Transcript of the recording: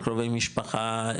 קרובי משפחה,